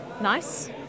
nice